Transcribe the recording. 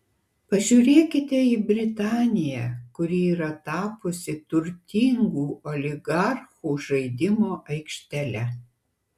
pažiūrėkite į britaniją kuri yra tapusi turtingų oligarchų žaidimo aikštele